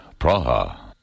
Praha